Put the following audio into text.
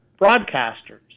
broadcasters